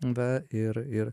va ir ir